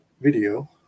video